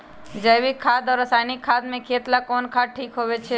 जैविक खाद और रासायनिक खाद में खेत ला कौन खाद ठीक होवैछे?